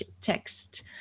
text